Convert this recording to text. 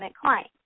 client